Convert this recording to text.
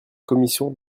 commission